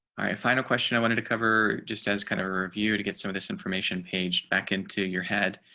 final question i wanted to cover just as kind of review to get some of this information page back into your head.